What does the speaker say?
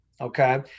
okay